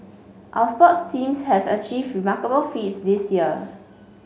our sports teams have achieved remarkable feats this year